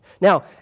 Now